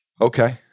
okay